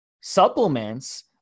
supplements